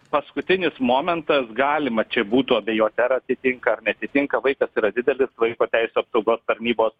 paskutinis momentas galima čia būtų abejoti ar atitinka ar neatitinka vaikas yra didelis vaiko teisių apsaugos tarnybos